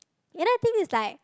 ya the thing it's like